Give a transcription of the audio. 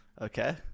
Okay